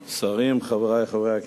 שרים, חברי חברי הכנסת,